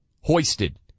hoisted